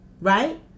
Right